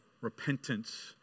repentance